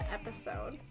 episode